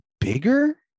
bigger